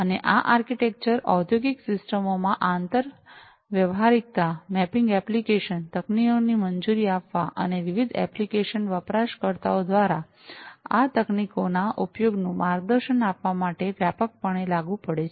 અને આ આર્કિટેક્ચર ઔદ્યોગિક સિસ્ટમો માં આંતરવ્યવહારિકતા મેપિંગ એપ્લિકેશન તકનીકીઓને મંજૂરી આપવા અને વિવિધ એપ્લિકેશન વપરાશકર્તાઓ દ્વારા આ તકનીકોના ઉપયોગનું માર્ગદર્શન આપવા માટે વ્યાપકપણે લાગુ પડે છે